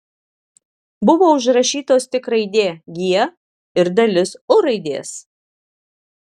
buvo užrašytos tik raidė g ir dalis u raidės